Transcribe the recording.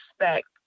respect